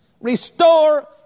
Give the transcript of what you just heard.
Restore